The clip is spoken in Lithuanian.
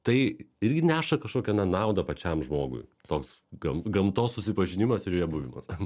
tai irgi neša kažkokią na naudą pačiam žmogui toks gamtos susipažinimas ir joje buvimas